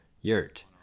Yurt